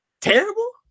terrible